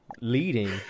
Leading